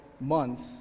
months